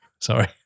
Sorry